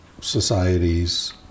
societies